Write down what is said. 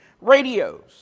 Radios